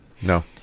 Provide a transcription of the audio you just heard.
No